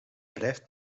blijft